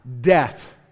death